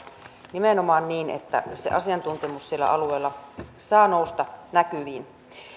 nimenomaan niin että se asiantuntemus siellä alueella saa nousta näkyviin